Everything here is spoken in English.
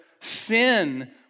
sin